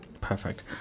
Perfect